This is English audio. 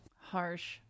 harsh